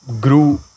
grew